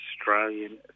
Australian